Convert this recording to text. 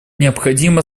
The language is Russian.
необходимо